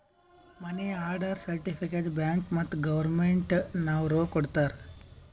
ಮನಿ order certificate bank ಮತ್ತ್ government ನವ್ರು ಕೊಡ್ತಾರ